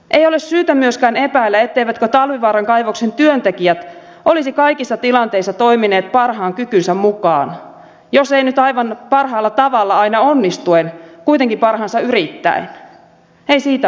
ei ole syytä myöskään epäillä etteivätkö talvivaaran kaivoksen työntekijät olisi kaikissa tilanteissa toimineet parhaan kykynsä mukaan jos ei nyt aivan parhaalla tavalla aina onnistuen kuitenkin parhaansa yrittäen ei siitä ole kyse